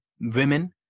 women